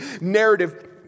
narrative